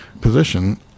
position